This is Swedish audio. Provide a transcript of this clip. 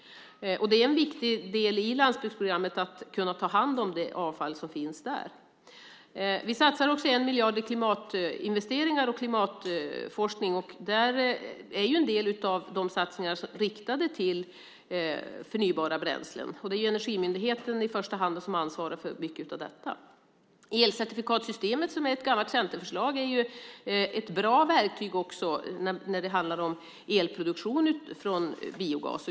Det är en viktig del i landsbygdsprogrammet att kunna ta hand om det avfall som finns där. Vi satsar också 1 miljard i klimatinvesteringar och klimatforskning. En del av de satsningarna är riktade till förnybara bränslen. Det är Energimyndigheten som i första hand har ansvar för mycket av detta. Elcertifikatssystemet, som är ett gammalt centerförslag, är ett bra verktyg också när det handlar om elproduktion från biogas.